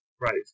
Right